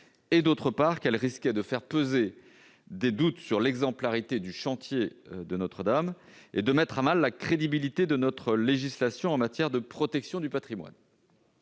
et d'autre part qu'elle risquait de faire peser des doutes sur l'exemplarité du chantier de Notre-Dame et de mettre à mal la crédibilité de notre législation en matière de protection du Patrimoine.